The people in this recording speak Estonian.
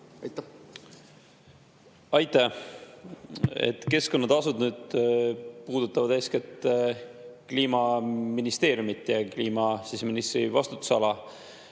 Aitäh! Keskkonnatasud puudutavad eeskätt Kliimaministeeriumit ja kliimaministri vastutusala.